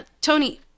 Tony